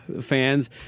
fans